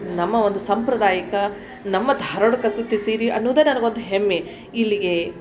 ನಮ್ಮ ಒಂದು ಸಾಂಪ್ರದಾಯಿಕ ನಮ್ಮ ಧಾರ್ವಾಡ ಕಸೂತಿ ಸೀರೆ ಅನ್ನುದು ನನ್ಗೊಂದು ಹೆಮ್ಮೆ ಇಲ್ಲಿಗೆ